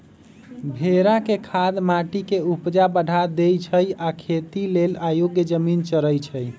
भेड़ा के खाद माटी के ऊपजा बढ़ा देइ छइ आ इ खेती लेल अयोग्य जमिन चरइछइ